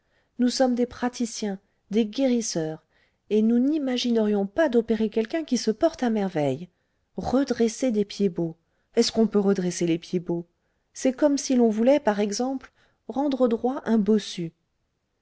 nous sommes des praticiens des guérisseurs et nous n'imaginerions pas d'opérer quelqu'un qui se porte à merveille redresser des pieds bots est-ce qu'on peut redresser les pieds bots c'est comme si l'on voulait par exemple rendre droit un bossu